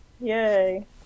Yay